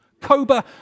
Cobra